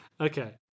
Okay